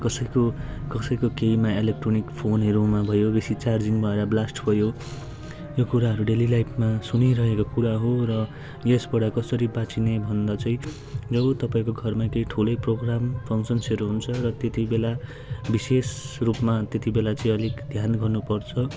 कसैको कसैको केहीमा इलेक्ट्रोनिक फोनहरूमा भयो बेसी चार्जिङमा भएर ब्लास्ट भयो यो कुराहरू डेली लाइफमा सुनिरहेको कुरा हो र यसबाट कसरी बाचिने भन्दा चाहिँ तपाईँको घरमा केही ठुलै प्रोग्राम फङ्सन्सहरू हुन्छ र त्यति बेला विशेष रूपमा त्यति बेला चाहिँ अलिक ध्यान गर्नुपर्छ